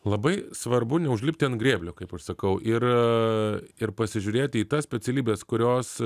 labai svarbu neužlipti ant grėblio kaip aš sakau ir ir pasižiūrėti į tas specialybes kurios